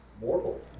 Mortal